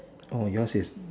yours is